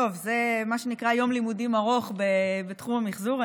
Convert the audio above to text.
זה מה שנקרא יום לימודים ארוך בתחום המחזור.